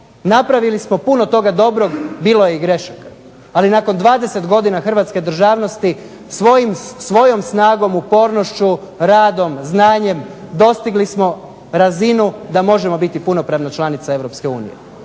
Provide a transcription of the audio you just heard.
napravili smo puno toga dobro, bilo je i grešaka. Ali nakon 20 godina hrvatske državnosti svojom snagom, upornošću, radom, znanjem dostigli smo razinu da možemo biti punopravno članica EU.